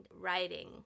writing